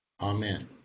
Amen